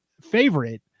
favorite